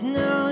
no